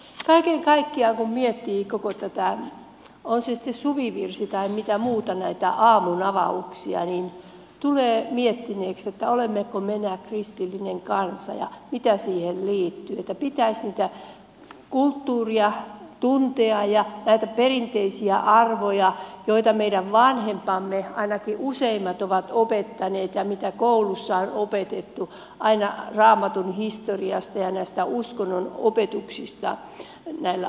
kaiken kaikkiaan kun miettii tätä on se sitten suvivirsi tai muu aamunavaus niin tulee miettineeksi että olemmeko me enää kristillinen kansa ja mitä siihen liittyy että pitäisi kulttuuria tuntea ja näitä perinteisiä arvoja joita meidän vanhempamme ainakin useimmat ovat opettaneet ja joita koulussa on opetettu aina raamatun historiasta ja näistä uskonnon opetuksista näillä uskonnontunneilla